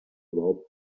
überhaupt